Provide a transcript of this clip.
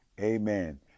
Amen